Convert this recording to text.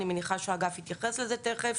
אני מניחה שהאגף יתייחס לזה תכף.